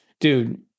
dude